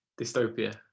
dystopia